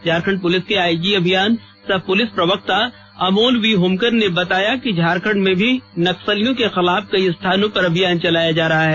Jharkhand police के IG अभियान सह पुलिस प्रवक्ता अमोल वी होमकर ने बताया कि झारखंड में भी नक्सलियों के खिलाफ कई स्थानों पर अभियान चलाया जा रहा है